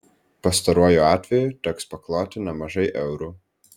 pastaruoju atveju teks pakloti nemažai eurų